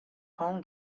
home